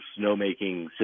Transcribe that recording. snowmaking